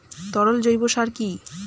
তরল জৈব সার কি?